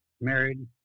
married